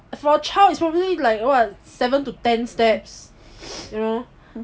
for a child it's probably like what seven to ten steps you know